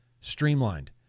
streamlined